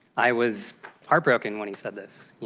i was heartbroken when he said this.